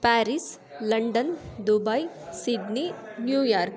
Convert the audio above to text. Paris London Dubai Sydney New York